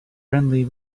friendly